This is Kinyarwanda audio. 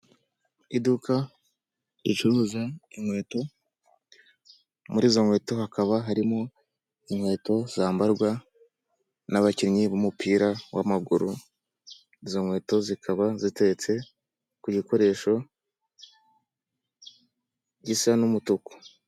Iduka ricuruza inkweto muri izo nkweto hakaba harimo inkweto zambarwa n'abakinnyi b'umupira wamaguru izo nkweto zikaba ziteretse ku gikoresho gisa n'umutuku.